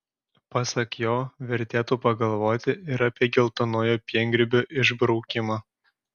pasak jo vertėtų pagalvoti ir apie geltonojo piengrybio išbraukimą